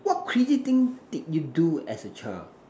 what crazy things did you do as a child